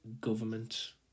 government